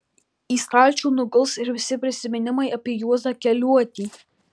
į stalčių nuguls ir visi prisiminimai apie juozą keliuotį